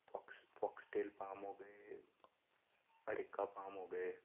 focus focus still palm ਹੋ ਗਏ ਅਰੀਕਾ ਪਾਮ ਹੋ ਗਏ